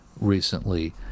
recently